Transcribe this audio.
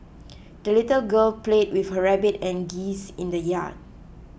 the little girl played with her rabbit and geese in the yard